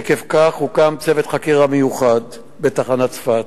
עקב כך הוקם צוות חקירה מיוחד בתחנת צפת.